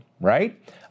right